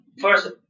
first